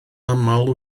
aml